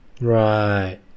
Right